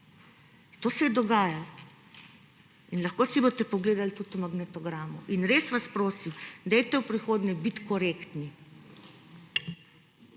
To se dogaja. In lahko si boste pogledali tudi v magnetogramu. Res vas prosim, dajte v prihodnje biti korektni.